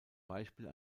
beispiel